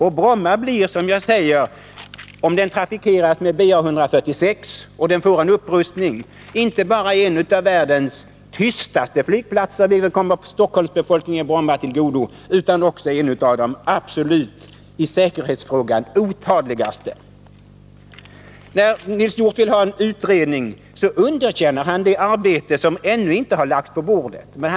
Om Bromma får en upprustning och trafikeras med BA 146 blir det inte bara en av världens tystaste flygplatser — vilket kommer Stockholmsbefolkningen i Bromma till godo — utan också en av de i säkerhetshänseende absolut otadligaste. Nils Hjorth vill ha en utredning. Han underkänner därmed det arbete som den nu arbetande utredningen ännu inte lagt på bordet.